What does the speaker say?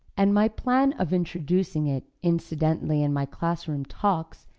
and my plan of introducing it incidentally in my classroom talks,